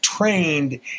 trained